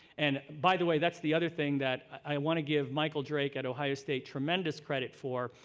and by the way, that's the other thing that i want to give michael drake at ohio state tremendous credit for,